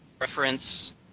reference